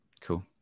Cool